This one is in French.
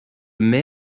mai